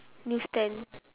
news stand